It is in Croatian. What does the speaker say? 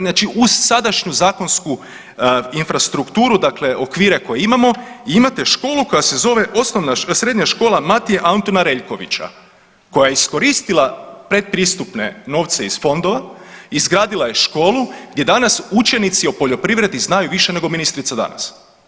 Znači uz sadašnju zakonsku infrastrukturu dakle okvire koje imamo imate školu koja se zove Srednja škola Matije Antuna Reljkovića koja je iskoristila predpristupne novce iz fondova, izgradila je školu gdje danas učenici o poljoprivredi znaju više nego ministrica danas.